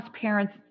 parents